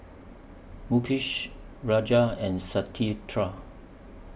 Mukesh Raja and Satyendra